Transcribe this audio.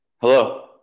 hello